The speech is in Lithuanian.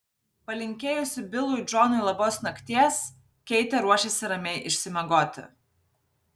palinkėjusi bilui džonui labos nakties keitė ruošėsi ramiai išsimiegoti